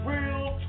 Real